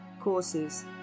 courses